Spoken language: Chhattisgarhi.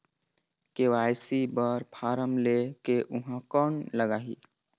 के.वाई.सी बर फारम ले के ऊहां कौन लगही?